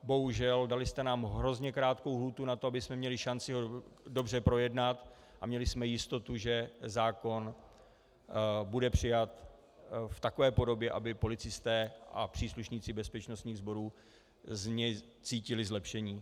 Bohužel, dali jste nám hrozně krátkou lhůtu na to, abychom měli šanci ho dobře projednat a měli jistotu, že zákon bude přijat v takové podobě, aby policisté a příslušníci bezpečnostních sborů z něj cítili zlepšení.